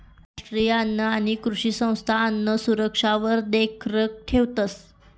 राष्ट्रीय अन्न आणि कृषी संस्था अन्नसुरक्षावर देखरेख ठेवतंस